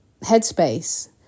headspace